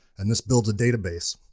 and this builds a database.